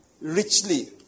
richly